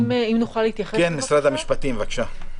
משרד המשפטים, בבקשה.